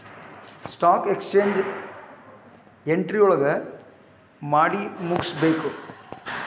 stock exchange ನ ಸಂಜಿ ಎಂಟ್ರೊಳಗಮಾಡಿಮುಗ್ಸ್ಬೇಕು